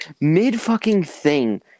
Mid-fucking-thing